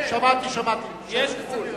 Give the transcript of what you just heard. לא יעשו פלסתר.